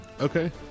Okay